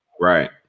Right